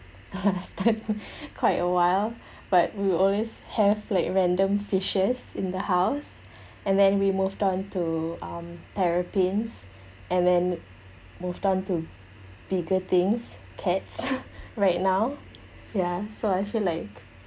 lasted quite awhile but we'll always have like random fishes in the house and then we moved on to um terrapins and then moved on to bigger things cats right now ya so I feel like